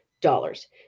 dollars